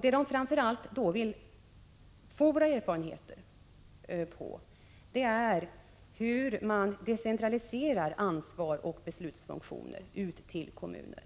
Det man då vill få del av är våra bab we erfarenheter av hur man decentraliserar ansvar och beslutsfunktioner ut till kommuner.